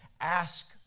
Ask